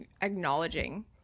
acknowledging